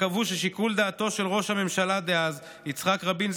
שקבעו ששיקול דעתו של ראש הממשלה דאז יצחק רבין,